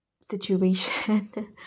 situation